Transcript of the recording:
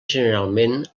generalment